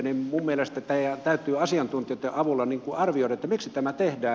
minun mielestäni tämä täytyy asiantuntijoiden avulla arvioida miksi tämä tehdään